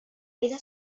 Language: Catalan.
vida